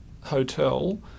hotel